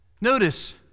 Notice